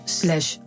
slash